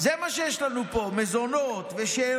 זה מה שיש לנו פה: מזונות ושאירים,